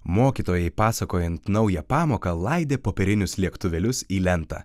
mokytojai pasakojant naują pamoką laidė popierinius lėktuvėlius į lentą